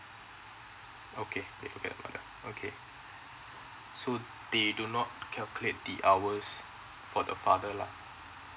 okay I get about that okay so they not calculate the hours for the father lah